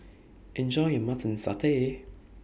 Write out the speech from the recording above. Enjoy your Mutton Satay